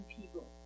people